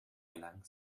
gelangen